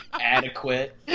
Adequate